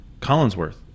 Collinsworth